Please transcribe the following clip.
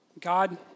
God